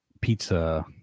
pizza